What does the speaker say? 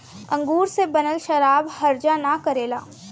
अंगूर से बनल शराब हर्जा ना करेला